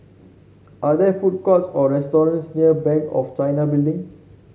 are there food courts or restaurants near Bank of China Building